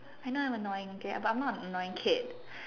I know I am annoying okay but I am not an annoying kid